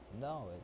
no